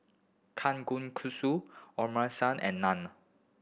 and Naan